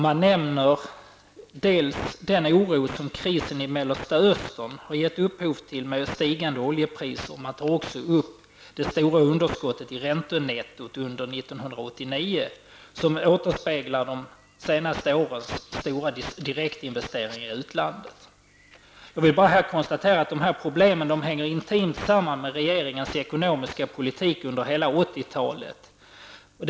Man nämner dels den oro som krisen i Mellanöstern ger upphov till med stigande oljepriser dels det stora underskottet i räntenettot under 1989, som återspeglar de senaste årens stora direktinvesteringar i utlandet. Jag kan här bara konstatera att de problemen hänger intimt samman med regeringens ekonomiska politik under hela 1980-talet.